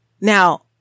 now